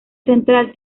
central